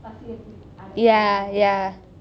ya ya